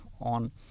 on